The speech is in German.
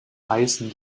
heißen